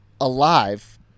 alive